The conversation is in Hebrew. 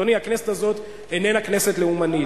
אדוני, הכנסת הזאת איננה כנסת לאומנית.